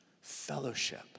fellowship